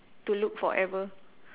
to look forever